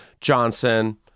Johnson